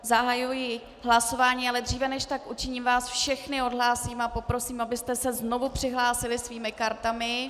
Zahajuji hlasování, ale dříve než tak učiním, vás všechny odhlásím a poprosím, abyste se znovu přihlásili svými kartami.